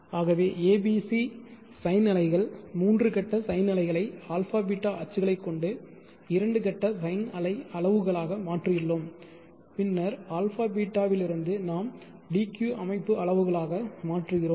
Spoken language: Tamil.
ஆகவே abc sine அலைகள் மூன்று கட்ட சைன் அலைகளை αβ அச்சுகளை கொண்டு இரண்டு கட்ட sine அலை அளவுகளாக மாற்றியுள்ளோம் பின்னர் αβ இலிருந்து நாம் d q அமைப்பு அளவுகளாக மாற்றுகிறோம்